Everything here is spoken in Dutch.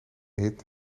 hit